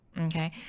okay